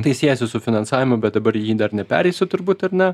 tai siejasi su finansavimu bet dabar į jį dar nepereisiu turbūt ar ne